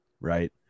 Right